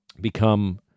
become